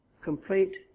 complete